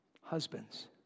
Husbands